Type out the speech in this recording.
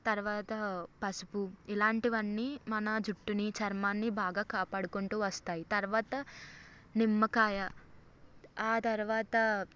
తర్వాత పసుపు ఇలాంటివన్నీ మన జుట్టుని చర్మాన్ని బాగా కాపాడుకుంటూ వస్తాయి తర్వాత నిమ్మకాయ ఆ తర్వాత